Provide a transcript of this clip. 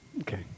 Okay